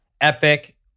epic